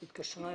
מתנצל.